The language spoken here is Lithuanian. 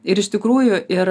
ir iš tikrųjų ir